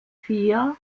vier